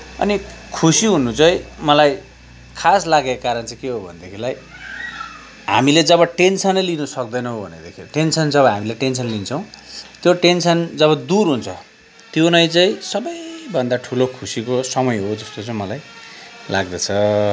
अनि खुसी हुनु चाहिँ मलाई खास लागेको कारण चाहिँ के हो भनेदेखिलाई हामीले जब टेन्सनै लिनु सक्दैनौँ भनेदेखि टेन्सन जब हामी टेन्सन लिन्छौँ त्यो टेन्सन जब दूर हुन्छ त्यो नै चाहिँ सबैभन्दा ठुलो खुसीको समय जस्तो चाहिँ मलाई लाग्दछ